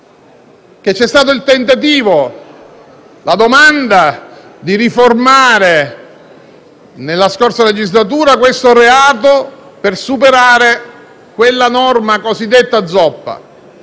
c'è stato il tentativo e la domanda di riformare nella scorsa legislatura questo reato, per superare quella norma cosiddetta zoppa.